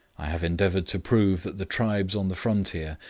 i have endeavoured to prove that the tribes on the frontier,